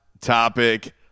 Topic